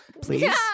please